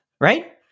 Right